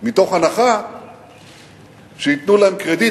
מתוך הנחה שייתנו להם קרדיט,